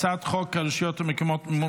הצעת חוק הרשויות המקומיות של